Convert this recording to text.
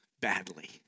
badly